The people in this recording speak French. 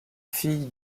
fille